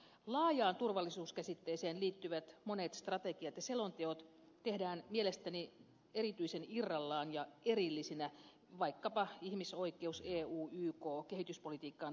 laajaan turvallisuuskäsitteeseen liittyvät monet strategiat ja selonteot tehdään mielestäni erityisen irrallaan ja erillisinä vaikkapa ihmisoikeus eu yk kehityspolitiikkaan liittyvät